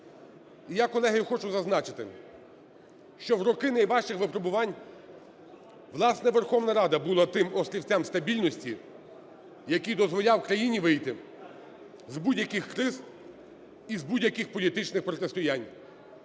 я, колеги, хочу зазначити, що в роки найважчих випробувань, власне, Верховна Рада була тим острівцем стабільності, який дозволяв країні вийти з будь-яких криз і з будь-яких політичних протистоянь.